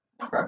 Okay